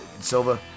Silva